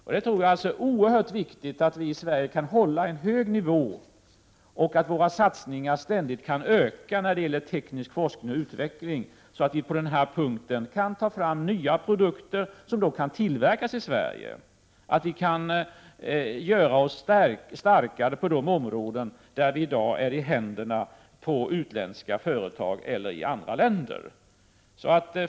Jag tror alltså det är oerhört viktigt att vi i Sverige kan hålla en hög nivå och att våra satsningar när det gäller teknisk forskning och utveckling ständigt ökar, så att vi kan ta fram nya produkter som kan tillverkas i Sverige och göra oss starkare på de områden där vi i dag är i händerna på utländska företag eller andra länder.